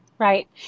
Right